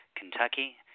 Kentucky